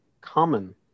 common